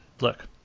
look